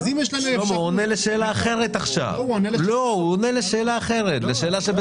תן לו לענות.